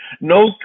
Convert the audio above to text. No